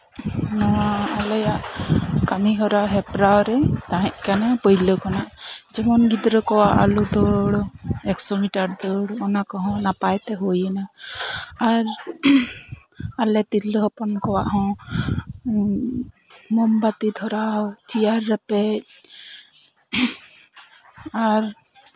ᱱᱚᱶᱟ ᱟᱞᱮᱭᱟᱜ ᱠᱟᱹᱢᱤᱦᱚᱨᱟ ᱦᱮᱯᱨᱟᱣ ᱨᱮ ᱛᱟᱦᱮᱸ ᱠᱟᱱᱟ ᱯᱟᱹᱭᱞᱟ ᱠᱷᱚᱱᱟᱜ ᱡᱮᱢᱚᱱ ᱜᱤᱫᱽᱨᱟᱹ ᱠᱚᱣᱟᱜ ᱟᱹᱞᱩ ᱫᱟᱹᱲ ᱮᱠᱥᱚ ᱢᱤᱴᱟᱨ ᱫᱟᱹᱲ ᱚᱱᱟ ᱠᱚᱦᱚᱸ ᱱᱟᱯᱟᱭ ᱛᱮ ᱦᱩᱭᱮᱱᱟ ᱟᱨ ᱟᱞᱮ ᱛᱤᱨᱞᱟᱹ ᱦᱚᱯᱚᱱ ᱠᱚᱣᱟᱜ ᱦᱚᱸ ᱢᱳᱢᱵᱟᱹᱛᱤ ᱫᱷᱚᱨᱟᱣ ᱪᱮᱭᱟᱨ ᱨᱮᱯᱮᱡ ᱟᱨ